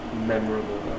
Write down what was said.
memorable